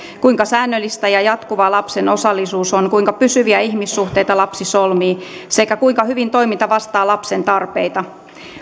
kuinka säännöllistä ja jatkuvaa lapsen osallisuus on kuinka pysyviä ihmissuhteita lapsi solmii sekä kuinka hyvin toiminta vastaa lapsen tarpeita